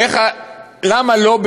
למה לא?